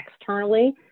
externally